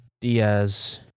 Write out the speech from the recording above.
Diaz